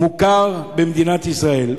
מוכרת במדינת ישראל.